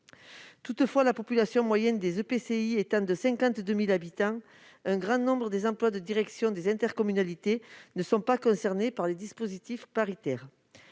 Toutefois la population moyenne des EPCI étant de 52 000 habitants, un grand nombre des emplois de direction des intercommunalités ne sont pas concernés par les dispositifs paritaires.